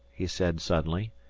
he said suddenly,